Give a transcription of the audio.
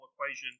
equation